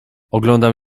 oglądam